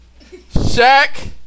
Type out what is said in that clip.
Shaq